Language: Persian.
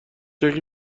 یکی